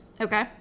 Okay